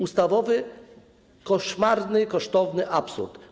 Ustawowy koszmarny, kosztowny absurd.